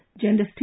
gender